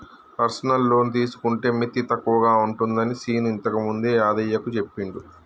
personal loan తీసుకుంటే మిత్తి తక్కువగా ఉంటుందని శీను ఇంతకుముందే యాదయ్యకు చెప్పిండు